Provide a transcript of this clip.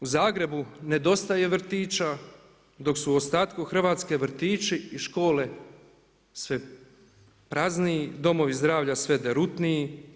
U Zagrebu nedostaje vrtića dok su u ostatku Hrvatske, vrtići i škole sve prazniji, domovi zdravlja sve derutniji.